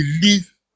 Believe